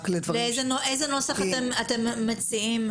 איזה נוסח אתם מציעים?